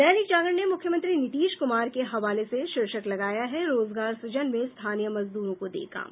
दैनिक जागरण ने मुख्यमंत्री नीतीश कुमार के हवाले से शीर्षक लगाया है रोजगार सूजन में स्थानीय मजदूरों को दे काम